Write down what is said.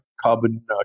carbon